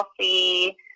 see